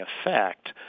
effect